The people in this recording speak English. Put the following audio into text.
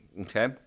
okay